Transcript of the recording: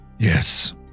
Yes